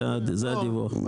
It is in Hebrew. זה הדיווח.